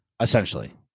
essentially